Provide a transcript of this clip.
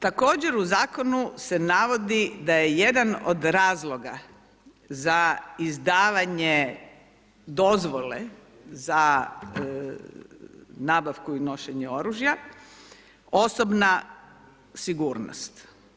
Također u zakonu se navodi da je jedan od razloga za izdavanje dozvole za nabavku i nošenje oružja osobna sigurnost.